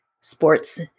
sports